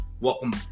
Welcome